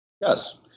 Yes